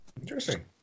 Interesting